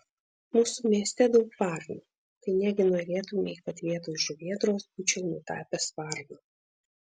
mūsų mieste daug varnų tai negi norėtumei kad vietoj žuvėdros būčiau nutapęs varną